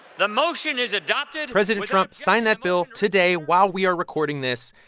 the motion is adopted president trump signed that bill today, while we are recording this.